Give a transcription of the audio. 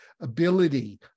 ability